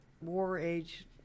war-age